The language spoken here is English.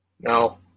No